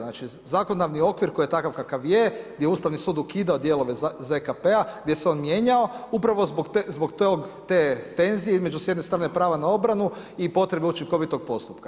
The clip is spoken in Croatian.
Znači, zakonodavni okvir koji je takav kakav je, gdje je Ustavni sud ukidao dijelove ZKP-a, gdje se on mijenjao upravo zbog te tenzije između s jedne strane, prava na obranu i potrebe učinkovitog postupka.